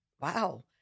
wow